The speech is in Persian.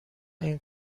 این